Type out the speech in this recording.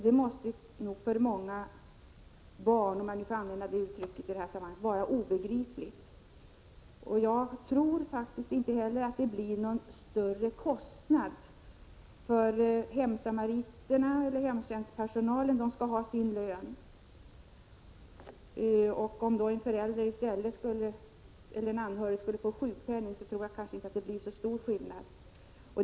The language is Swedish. Det måste för många barn — om jag får använda uttrycket i detta sammanhang — vara obegripligt. Jag tror faktiskt inte heller att det blir någon större kostnad att låta föräldrarna vårda de vuxna barnen. Hemtjänstpersonal skall ha sin lön. Om en förälder eller annan anhörig i stället skulle få sjukpenning tror jag att det inte skulle bli så stor skillnad.